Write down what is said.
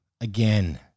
again